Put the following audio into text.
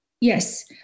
Yes